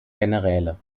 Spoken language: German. generäle